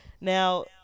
now